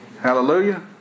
Hallelujah